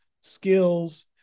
skills